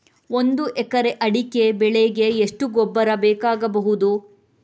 ಒಂದು ಎಕರೆ ಅಡಿಕೆ ಬೆಳೆಗೆ ಎಷ್ಟು ಗೊಬ್ಬರ ಬೇಕಾಗಬಹುದು?